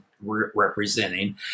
representing